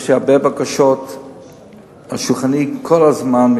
יש לי הרבה בקשות על שולחני, כל הזמן,